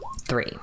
Three